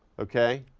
okay?